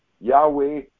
Yahweh